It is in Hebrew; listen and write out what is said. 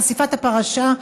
חשיפת הפרשה,